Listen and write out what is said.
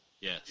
Yes